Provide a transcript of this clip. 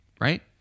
right